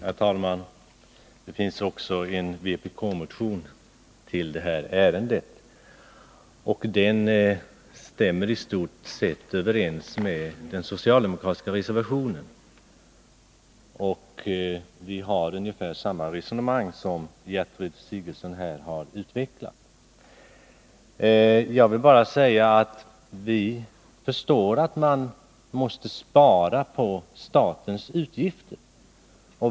Herr talman! Det finns också en vpk-motion i det här ärendet. Den stämmer i stort sett överens med den socialdemokratiska reservationen. Vi för ungefär samma resonemang som Gertrud Sigurdsen här har utvecklat. Vi förstår att man måste minska statens utgifter.